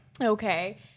Okay